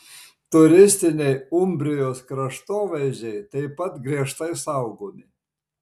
turistiniai umbrijos kraštovaizdžiai taip pat griežtai saugomi